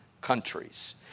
countries